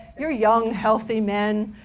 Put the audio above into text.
you're young, healthy men,